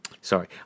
sorry